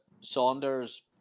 Saunders